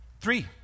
Three